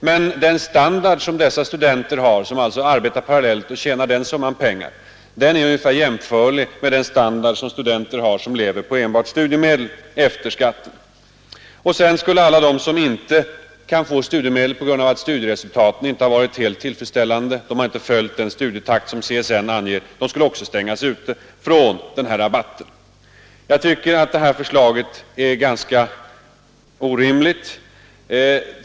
Men den standard som dessa studerande har efter skatt är ungefär jämförlig med den standard som de studerande har som lever på enbart studiemedel. Vidare skulle alla de studerande som inte kan få studiemedel på grund av att studieresultaten inte har varit helt tillfredsställande — de har inte hållit den studietakt som CSN angivit — också stängas ute från möjligheten att få den här rabatten. Jag tycker att förslaget är ganska orimligt.